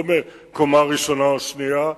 לא מקומה ראשונה או שנייה,